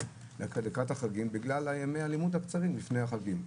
לקראת החגים בגלל ימי הלימוד הקצרים לפני החגים.